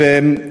תודה רבה.